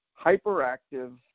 hyperactive